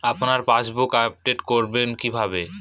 আপনার passbook update করবেন কিভাবে?